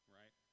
right